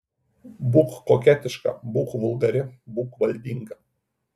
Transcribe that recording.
būk koketiška būk vulgari būk valdinga